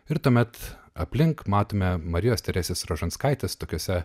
ir tuomet aplink matome marijos teresės rožanskaitės tokiose